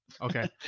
Okay